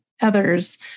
others